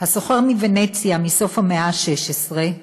הסוחר מוונציה מסוף המאה ה-16,